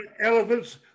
Elephants